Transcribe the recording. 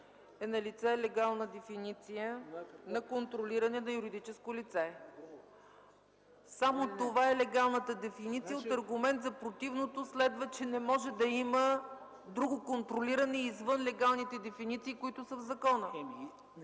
е налице легална дефиниция на „контролиране на юридическо лице”. Само това е легалната дефиниция. От аргумента за противното следва, че не може да има друго контролиране извън легалните дефиниции, които са в закона.